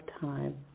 time